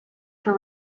for